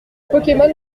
pokemon